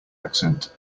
accent